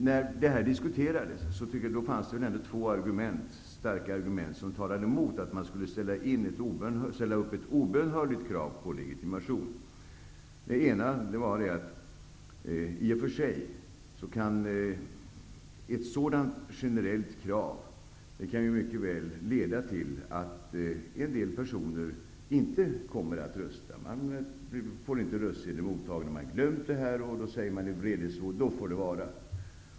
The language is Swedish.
När det här diskuterades talade två starka argument emot att man skulle ställa upp ett obönhörligt krav på legitimation. Det ena var att ett sådant generellt krav mycket väl kan leda till att en del personer inte kommer att rösta. Den som inte får sin röstsedel mottagen utan har glömt sin legitimation säger kanske i vredesmod: Då får det vara!